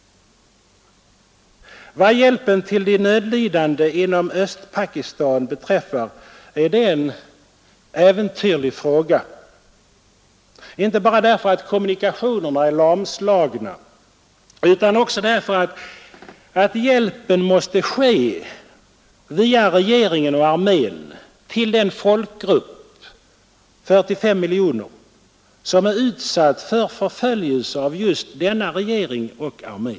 Vad hjälpen till de nödlidande inom Östpakistan beträffar är det en äventyrlig fråga, inte bara för att kommunikationerna är lamslagna utan också för att hjälpen måste ske via regeringen och armén till den folkgrupp, 45 miljoner människor, som är utsatt för förföljelser av just denna regering och denna armé.